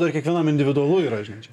dar kiekvienam individualu yra žinai čia